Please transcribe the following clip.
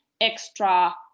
extra